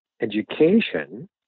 education